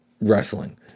Wrestling